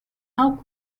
how